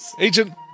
Agent